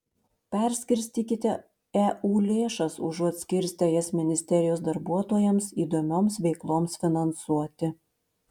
perskirstykite eu lėšas užuot skirstę jas ministerijos darbuotojams įdomioms veikloms finansuoti